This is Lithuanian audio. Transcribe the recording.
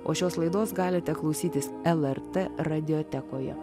o šios laidos galite klausytis lrt radiotekoje